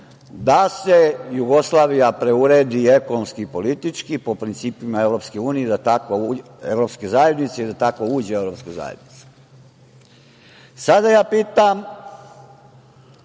da se Jugoslavija preuredi ekonomski i politički i po principima Evropske zajednice i da takva uđe u Evropsku zajednicu. Sada ja pitam,